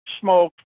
smoke